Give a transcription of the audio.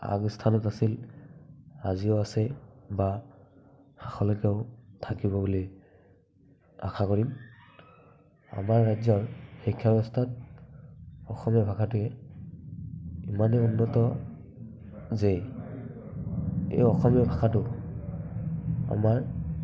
আগস্থানত আছিল বা আজিও আছে বা শেষলৈকেও থাকিব বুলি আশা কৰিম আমাৰ ৰাজ্যৰ শিক্ষা ব্যৱস্থাত অসমীয়া ভাষাটোৱে ইমানেই উন্নত যে এই অসমীয়া ভাষাটো আমাৰ